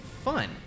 Fun